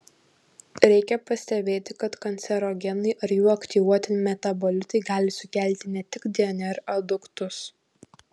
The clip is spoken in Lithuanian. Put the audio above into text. reikia pastebėti kad kancerogenai ar jų aktyvuoti metabolitai gali sukelti ne tik dnr aduktus